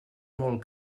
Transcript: molt